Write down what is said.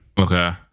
Okay